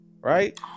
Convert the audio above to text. Right